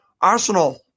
Arsenal